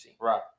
Right